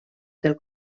del